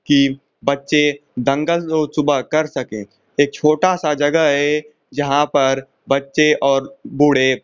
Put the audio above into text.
कि बच्चे दंगल रोज़ सुबह कर सकें एक छोटा सा जगह है जहाँ पर बच्चे और बूढ़े